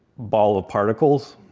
ball of particles,